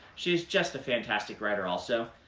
she's just a fantastic writer also.